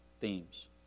Themes